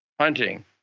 Hunting